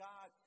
God